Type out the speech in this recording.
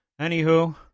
Anywho